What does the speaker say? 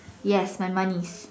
yes my money